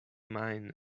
mine